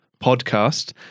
podcast